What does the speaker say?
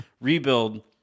rebuild